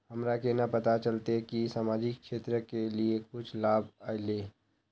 हमरा केना पता चलते की सामाजिक क्षेत्र के लिए कुछ लाभ आयले?